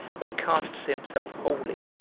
that casts himself wholly,